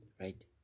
right